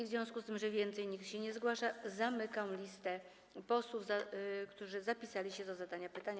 W związku z tym, że więcej nikt się nie zgłasza, zamykam listę posłów, którzy zapisali się do zadania pytania.